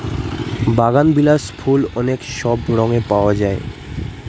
বাগানবিলাস ফুল অনেক সব রঙে পাওয়া যায়